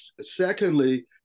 secondly